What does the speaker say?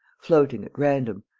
floating at random,